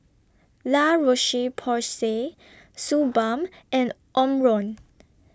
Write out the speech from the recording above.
La Roche Porsay Suu Balm and Omron